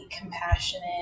compassionate